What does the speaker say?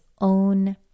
own